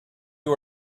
you